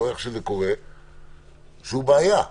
הוא בעייתי.